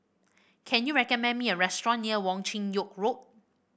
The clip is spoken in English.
can you recommend me a restaurant near Wong Chin Yoke Road